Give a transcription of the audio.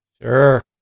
Sure